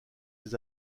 des